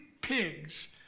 pigs